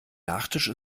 nachtisch